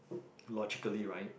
logically right